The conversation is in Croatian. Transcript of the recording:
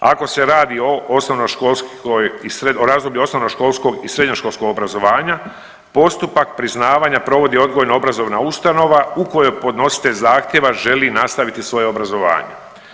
Ako se radi o osnovnoškolskoj, o razdoblju osnovnoškolskog i srednjoškolskog obrazovanja postupak priznavanja provodi odgojno obrazovna ustanova u kojoj podnositelj zahtjeva želi nastaviti svoje obrazovanje.